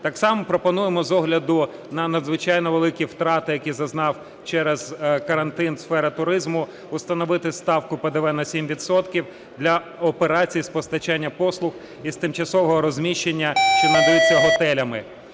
Так само пропонуємо з огляду на надзвичайно великі втрати, яких зазнала через карантин сфера туризму, установити ставку ПДВ на 7 відсотків для операції з постачання послуг із тимчасового розміщення, що надаються готелями.